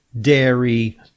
dairy